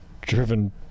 driven